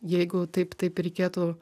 jeigu taip taip reikėtų